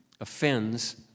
offends